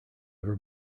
ever